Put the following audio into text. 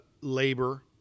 labor